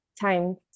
time